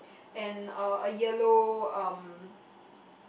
and uh a yellow um